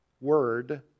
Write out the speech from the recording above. word